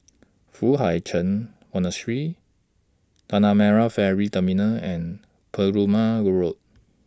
Foo Hai Ch'An Monastery Tanah Merah Ferry Terminal and Perumal Road